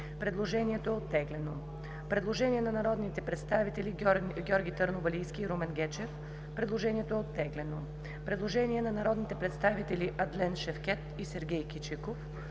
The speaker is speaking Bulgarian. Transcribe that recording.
Предложението е оттеглено. Предложение на народните представители Георги Търновалийски и Румен Гечев. Предложението е оттеглено. Предложение на народните представители Адлен Шевкед и Сергей Кичиков.